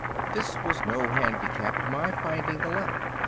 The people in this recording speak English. but this was no handicap to my finding the letter.